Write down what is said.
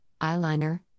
eyeliner